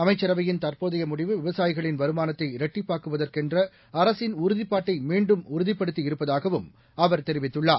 அமைச்சரவையின் தற்போதைய முடிவு விவசாயிகளின் வருமானத்தை இரட்டிப்பாக்குவதென்ற அரசின் உறுதிப்பாட்டை மீண்டும் உறுதிப்படுத்தியிருப்பதாகவும் அவர் தெரிவித்துள்ளார்